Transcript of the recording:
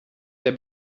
der